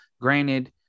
granted